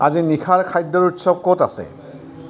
আজি নিশাৰ খাদ্যৰ উৎচৱ ক'ত আছে